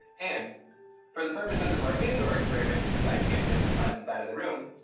and for the purposes of our indoor experiment, since i can't get the sun inside of the room,